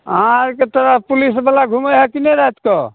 अहाँ आरके तऽ पुलिसबला घुमै हए कि नहि राति कऽ